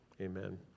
Amen